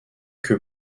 que